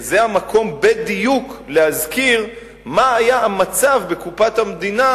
זה המקום בדיוק להזכיר מה היה המצב בקופת המדינה